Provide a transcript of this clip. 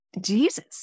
Jesus